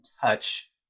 touch